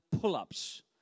pull-ups